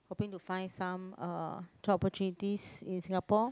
hoping to find some uh job opportunities in Singapore